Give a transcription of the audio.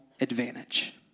advantage